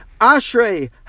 Ashrei